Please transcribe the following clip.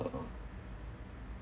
uh